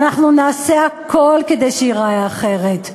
ואנחנו נעשה הכול כדי שהיא תיראה אחרת.